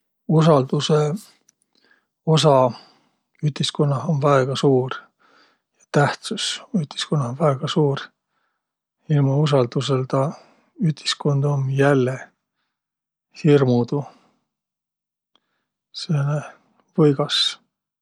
Usaldusõ osa ütiskunnah um väega suur, tähtsüs ütiskunnah um väega suur. Ilma usaldusõlda ütiskund um jälle, hirmudu, sääne võigas.